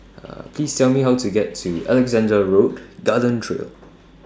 Please Tell Me How to get to Alexandra Road Garden Trail